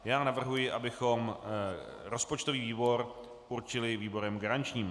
Já navrhuji, abychom rozpočtový výbor určili výborem garančním.